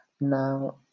Now